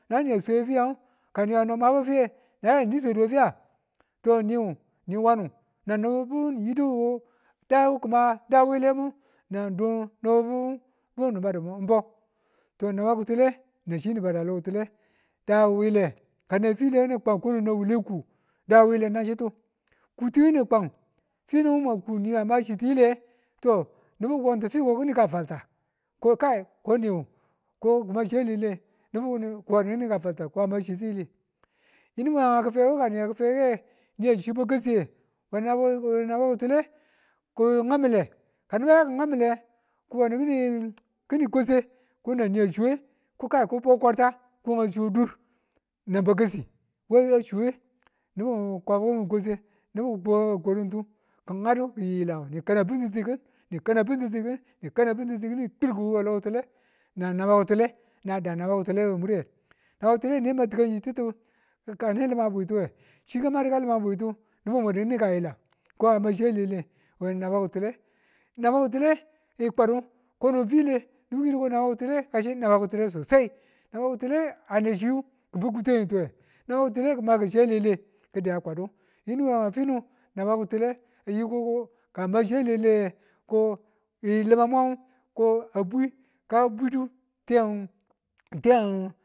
Nang an swe we fiyang, kano ni niwu ni̱ wanu a mabu fiye nona swedu wefiya? to niwu ni wandu nan nibibibu niyidu ko dawu ki̱mada wile nan dun nibibu nibadu bau to naba kitule nan chini bada lo ki̱tule dawile kanan file ki̱ni kwang kononan wuwule kuu dawile nanchitu kuti kini kwang finu mwa kuniya machi tiliye, to nibu kiwan fiko kinika falta, ko kai ko niwu ko ma shiya lele, nibu kiwandu kini ka faltako ma chiti lele. Yinu wenga kifekiku ka niya kifeke, niya chau bakasiye we kitule kingau mile ka nibu yaki ngau mile kiwandi kini kwase ko nan ni a chuwe kokai ka bwe kwarta, ko a chuwe dur nan bakasi waya chuwe nibu ki kwaku kwase nibu a kwar gi̱gadu ki̱ yiyilan ngu ni kana bi̱nni ng ti kin twkubo we lo kitule nan naba ki̱tule nan da naba ki̱tule we mure. Naba ki̱tule ane ma ti̱kanchi kane li̱man bwituwe. Chi kamadi ka lima bwitu nibu ki mwedu ki nika yila ko a mwe shi a lele we naba ki̱tule naba ki̱tule ng kwadu kachino file naba kitule kashi naba ki̱tule sosai ane chi ki bu kutetuwe naba kitule kimaka shiya lele kidiya kwadu, yimu we nga finu naba kitule yiko ko ka muma chiya lele koyi limang mwan ko a bwi, ka bwidu tiyang